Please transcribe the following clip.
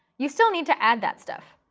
you still need to add that stuff.